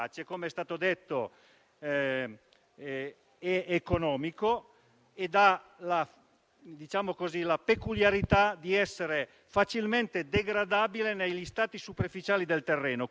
è anche un prodotto che, come è stato detto nelle discussioni che abbiamo sentito, ha sollevato paure e perplessità molto importanti.